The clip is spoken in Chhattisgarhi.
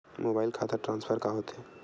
मोबाइल खाता ट्रान्सफर का होथे?